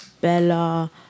Bella